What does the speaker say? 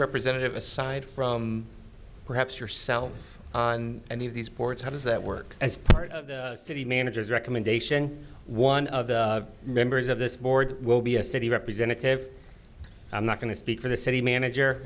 representative aside from perhaps yourself on any of these ports how does that work as part of the city managers recommendation one of the members of this board will be a city representative i'm not going to speak for the city manager